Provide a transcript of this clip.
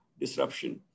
disruption